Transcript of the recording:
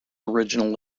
original